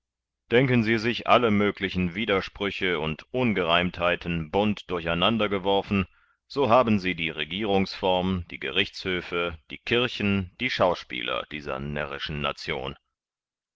denken sie sich alle möglichen widersprüche und ungereimtheiten bunt durch einander geworfen so haben sie die regierungsform die gerichtshöfe die kirchen die schauspieler dieser närrischen nation